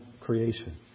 creation